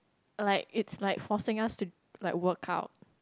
like it's like forcing us to like work out